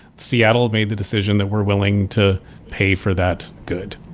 seattle made the decision that we're willing to pay for that good.